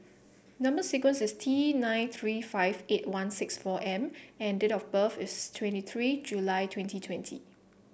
number sequence is T nine three five eight one six four M and date of birth is twenty three July twenty twenty